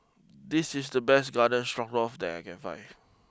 this is the best Garden Stroganoff that I can find